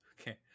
Okay